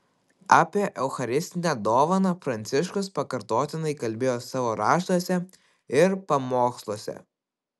apie eucharistinę dovaną pranciškus pakartotinai kalbėjo savo raštuose ir pamoksluose